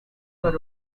were